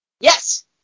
Yes